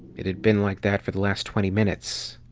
it had been like that for the last twenty minutes.